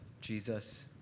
Jesus